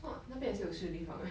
if not 那边也是有食立方 eh